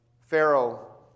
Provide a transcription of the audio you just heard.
Pharaoh